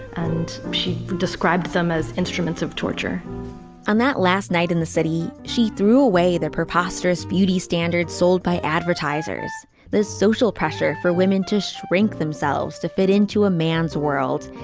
and she described them as instruments of torture on that last night in the city she threw away their preposterous beauty standards sold by advertisers. advertisers. there's social pressure for women to shrink themselves to fit into a man's world.